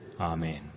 Amen